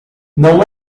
não